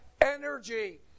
energy